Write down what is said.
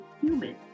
human